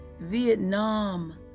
Vietnam